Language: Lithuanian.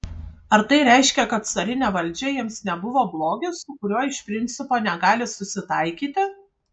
ar tai reiškia kad carinė valdžia jiems nebuvo blogis su kuriuo iš principo negali susitaikyti